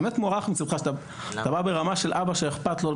באמת מוערך מצידך שאתה בא ברמה של אבא שאכפת לו,